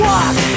Walk